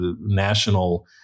national